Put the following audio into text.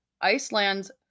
Iceland's